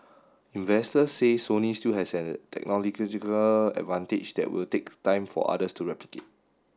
investors say Sony still has a technological advantage that will take time for others to replicate